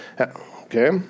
okay